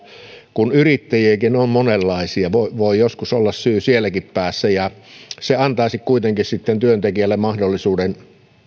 yrittäjiäkin on monenlaisia voi voi joskus olla syy sielläkin päässä se antaisi sitten kuitenkin työntekijälle mahdollisuuden